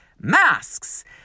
masks